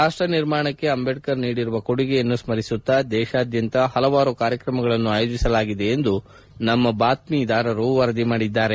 ರಾಷ್ಟ ನಿರ್ಮಾಣಕ್ಕೆ ಅಂಬೇಡ್ಕರ್ ಅವರು ನೀಡಿರುವ ಕೊಡುಗೆಯನ್ನು ಸ್ಥರಿಸುತ್ತಾ ದೇಶಾದ್ಯಂತ ಪಲವಾರು ಕಾರ್ಯಕ್ರಮಗಳನ್ನು ಆಯೋಜಿಸಲಾಗಿದೆ ಎಂದು ನಮ್ಮ ಬಾತ್ಮೀದಾರರು ವರದಿ ಮಾಡಿದ್ದಾರೆ